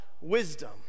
wisdom